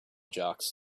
jocks